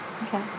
Okay